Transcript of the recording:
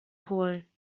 erholen